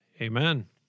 Amen